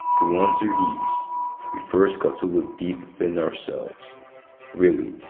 to answer these we first gotta look deep within ourselves really,